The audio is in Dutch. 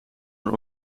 een